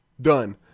Done